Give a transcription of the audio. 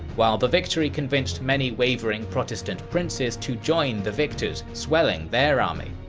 while the victory convinced many wavering protestant princes to join the victors, swelling their army.